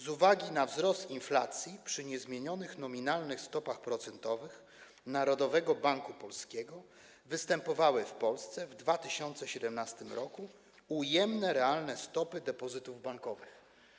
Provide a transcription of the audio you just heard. Z uwagi na wzrost inflacji przy niezmienionych nominalnych stopach procentowych Narodowego Banku Polskiego występowały w Polsce w 2017 r. ujemne realne stopy depozytów bankowych.